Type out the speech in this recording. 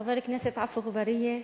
חבר הכנסת עפו אגבאריה,